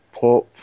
pop